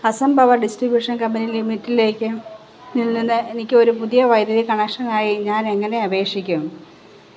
Assam power distribution company ലിമിറ്റിലേക്ക് നിന്ന് ഒരു പുതിയ വൈദ്യുതി കണക്ഷനായി ഞാനെങ്ങനെ അപേക്ഷിക്കും